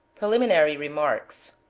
preliminary remarks.